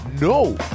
No